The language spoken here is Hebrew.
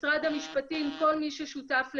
משר ה משפים, כל מי ששותף ל-105.